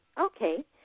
Okay